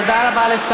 תודה רבה, אדוני.